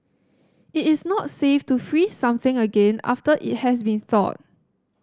it is not safe to freeze something again after it has been thawed